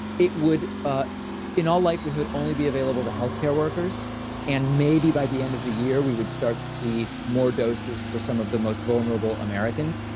it would ah in all likelihood only be available to health care workers and maybe by the end of the year we would start to see more doses for some of the most vulnerable americans.